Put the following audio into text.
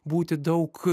būti daug